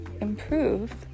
improve